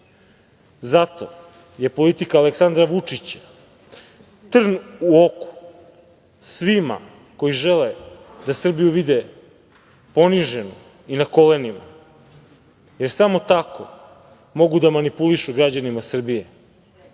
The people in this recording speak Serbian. evra. Zato je politika Aleksandra Vučića trn u oku svima koji žele da Srbiju vide poniženu i na kolenima, jer samo tako mogu da manipulišu građanima Srbije,